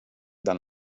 dans